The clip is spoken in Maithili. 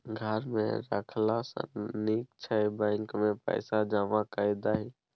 घर मे राखला सँ नीक छौ बैंकेमे पैसा जमा कए दही